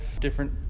different